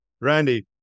Randy